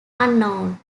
unknown